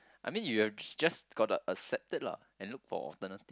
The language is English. I mean you have just got to accept it lah and look for alternative